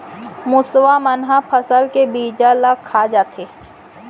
मुसवा मन ह फसल के बीजा ल खा जाथे